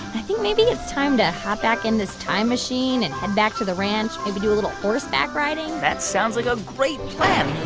i think maybe it's time to hop back in this time machine and head ah back to the ranch, maybe do little horseback riding that sounds like a great plan.